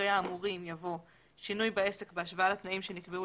אחרי "האמורים" יבוא "שינוי בעסק בהשוואה לתנאים שנקבעו